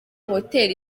hotel